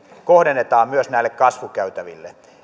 kohdennetaan myös näille kasvukäytäville